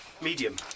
Medium